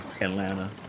Atlanta